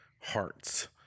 hearts